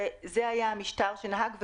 וזה היה המשטר שנהג.